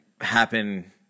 happen